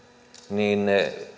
niin